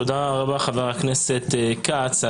תודה רבה חבר הכנסת כץ.